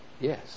yes